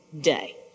day